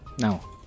No